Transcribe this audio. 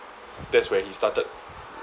that's where he started